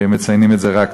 מציינים את זה רק,